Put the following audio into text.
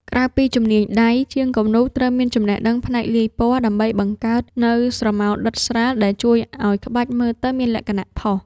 ក្រៅពីជំនាញដៃ ជាងគំនូរត្រូវមានចំណេះដឹងផ្នែកលាយពណ៌ ដើម្បីបង្កើតនូវស្រមោលដិតស្រាលដែលជួយឱ្យក្បាច់មើលទៅមានលក្ខណៈផុស ។